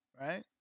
right